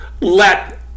let